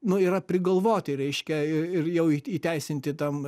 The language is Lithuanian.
nu yra prigalvoti reiškia ir ir jau įteisinti tam